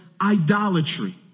Idolatry